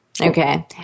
Okay